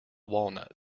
walnut